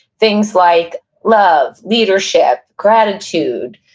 things like love, leadership, gratitude,